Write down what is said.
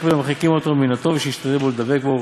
מן המרחיקים אותו מהטוב ונשתדל לדבק בו,